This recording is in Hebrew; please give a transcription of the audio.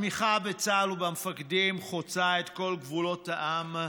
התמיכה בצה"ל ובמפקדים חוצה את כל גבולות העם.